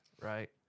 Right